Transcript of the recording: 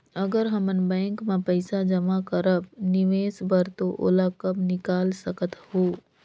अगर हमन बैंक म पइसा जमा करब निवेश बर तो ओला कब निकाल सकत हो?